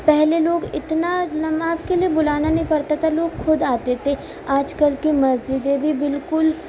پہلے لوگ اتنا نماز کے لیے بلانا نہیں پڑتا تھا لوگ خود آتے تھے آج کل کی مسجدیں بھی بالکل